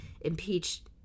impeached